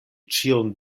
ĉion